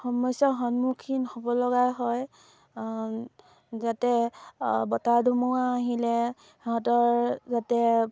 সমস্যাৰ সন্মুখীন হ'ব লগা হয় যাতে বতাহ ধুমুহা আহিলে সিহঁতৰ যাতে